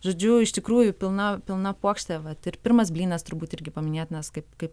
žodžiu iš tikrųjų pilna pilna puokštė vat ir pirmas blynas turbūt irgi paminėtinas kaip kaip